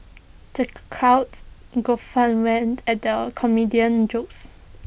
the crowd guffawed when at the comedian's jokes